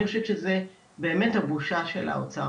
אני חושבת שזו באמת הבושה של האוצר.